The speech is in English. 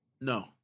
No